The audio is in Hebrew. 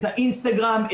את האינסטגרם,